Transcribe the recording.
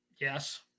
Yes